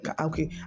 okay